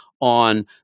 On